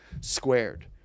squared